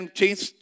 change